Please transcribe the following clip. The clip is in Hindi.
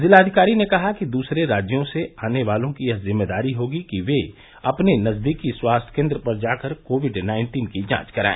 जिलाधिकारी ने कहा कि दूसरे राज्यों से आने वालों की यह जिम्मेदारी होगी कि ये अपने नजरीकी स्वास्थ्य केंद्र पर जाकर कोविड नाइन्टीन की जांच कराए